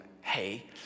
hey